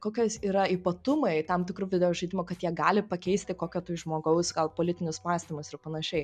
kokios yra ypatumai tam tikrų videožaidimų kad jie gali pakeisti kokio tai žmogaus gal politinius mąstymus ir panašiai